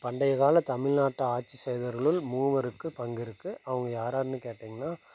பண்டையகால தமிழ்நாட்டை ஆட்சி செய்தவர்களில் மூவருக்கு பங்கு இருக்குது அவங்க யார்யாருனு கேட்டிங்கனா